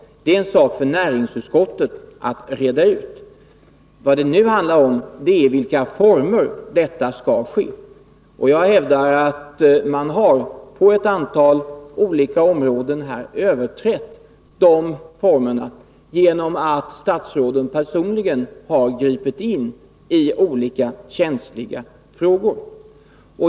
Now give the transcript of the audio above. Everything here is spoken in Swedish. Det är en sak för näringsutskottet att reda ut. Vad det nu handlar om är under vilka former det skall ske. Jag hävdar att man på ett antal olika områden inte iakttagit formerna genom att statsråden personligen gripit in i olika känsliga frågor.